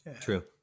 True